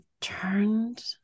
turned